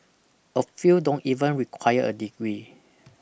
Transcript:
a few don't even require a degree